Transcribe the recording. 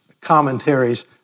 commentaries